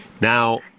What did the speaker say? Now